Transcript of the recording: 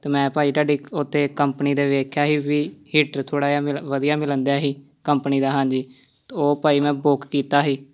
ਅਤੇ ਮੈਂ ਭਾਅ ਜੀ ਤੁਹਾਡੀ ਉਹ 'ਤੇ ਕੰਪਨੀ 'ਤੇ ਦੇਖਿਆ ਸੀ ਵੀ ਹੀਟਰ ਥੋੜ੍ਹਾ ਜਿਹਾ ਮਿਲ ਵਧੀਆ ਮਿਲਣ ਦਿਆ ਹੀ ਕੰਪਨੀ ਦਾ ਹਾਂਜੀ ਉਹ ਭਾਅ ਜੀ ਮੈਂ ਬੁੱਕ ਕੀਤਾ ਸੀ